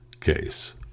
case